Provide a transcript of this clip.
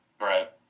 Right